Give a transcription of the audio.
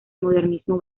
modernismo